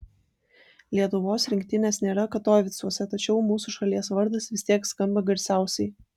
lietuvos rinktinės nėra katovicuose tačiau mūsų šalies vardas vis tiek skamba garsiausiai